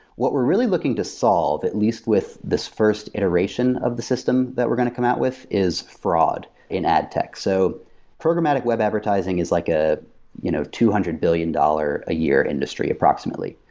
what we're really looking to solve, at least with this first iteration of the system that we're going to come out with, is fraud in adtech. so programmatic web advertising is like a you know two hundred billion dollars a year industry, approximately.